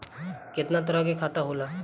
केतना तरह के खाता होला?